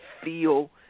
feel